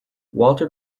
walter